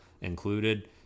included